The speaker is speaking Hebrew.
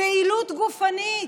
פעילות גופנית,